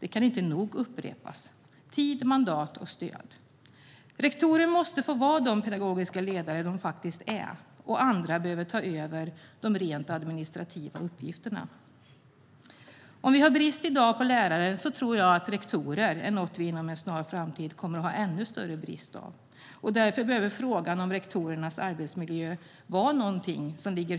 Det kan inte nog upprepas - tid, mandat och stöd. Rektorer måste få vara de pedagogiska ledare som de faktiskt är och andra behöver ta över de rent administrativa uppgifterna. Om vi har brist i dag på lärare så tror jag att rektorer är något vi inom en snar framtid kommer att ha ännu större brist på. Därför behöver frågan om rektorernas arbetsmiljö vara